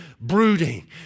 brooding